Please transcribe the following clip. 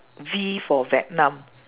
V for vietnam